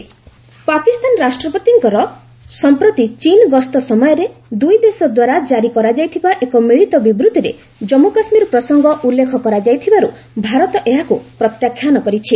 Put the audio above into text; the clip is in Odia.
ଏମ୍ଇଏ ପାକ୍ ଚୀନ୍ ପାକିସ୍ତାନ ରାଷ୍ଟ୍ରପତିଙ୍କର ସମ୍ପ୍ରତି ଚୀନ୍ ଗସ୍ତ ସମୟରେ ଦୁଇ ଦେଶଦ୍ୱାରା ଜାରି କରାଯାଇଥିବା ଏକ ମିଳିତ ବିବୃତ୍ତିରେ ଜନ୍ମୁ କାଶ୍ମୀର ପ୍ରସଙ୍ଗ ଉଲ୍ଲେଖ କରାଯାଇଥିବାରୁ ଭାରତ ଏହାକୁ ପ୍ରତ୍ୟାଖ୍ୟାନ କରିଛି